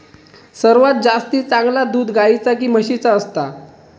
सर्वात जास्ती चांगला दूध गाईचा की म्हशीचा असता?